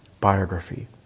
biography